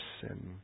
sin